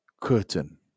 curtain